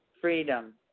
Freedom